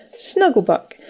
Snugglebuck